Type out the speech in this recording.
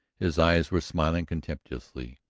his eyes were smiling contemptuously,